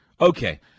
Okay